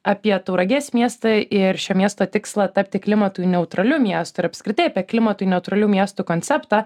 apie tauragės miestą ir šio miesto tikslą tapti klimatui neutraliu miestu ir apskritai apie klimatui neutralių miestų konceptą